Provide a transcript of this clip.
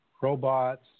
robots